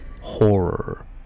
horror